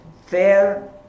fair